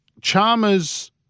Chalmers